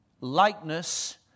likeness